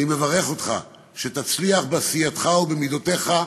אני מברך אותך שתצליח, בעשייתך ובמידותיך,